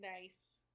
Nice